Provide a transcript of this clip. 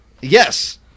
Yes